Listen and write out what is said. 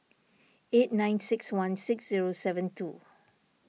eight nine six one six zero seven two